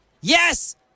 Yes